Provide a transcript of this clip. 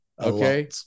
Okay